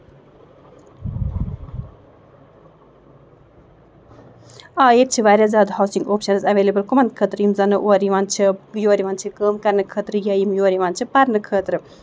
آ ییٚتہِ چھِ واریاہ زیادٕ ہوسِنگ اوٚپشنٕز ایٚولیبٕل کٔمَن خٲطرٕ یِم زَن اورٕ یِوان چھِ یور یِوان چھِ کٲم کرنہٕ خٲطرٕ یا یِم یور یِوان چھِ پَرنہٕ خٲطرٕ